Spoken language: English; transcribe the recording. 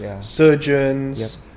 surgeons